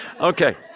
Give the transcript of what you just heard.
Okay